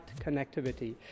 connectivity